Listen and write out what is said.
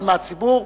אבל מהציבור,